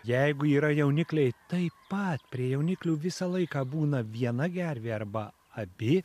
jeigu yra jaunikliai taip pat prie jauniklių visą laiką būna viena gervė arba abi